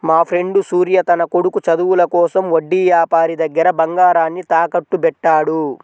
మాఫ్రెండు సూర్య తన కొడుకు చదువుల కోసం వడ్డీ యాపారి దగ్గర బంగారాన్ని తాకట్టుబెట్టాడు